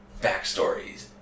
backstories